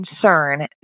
concern